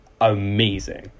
amazing